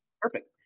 perfect